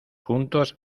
juntos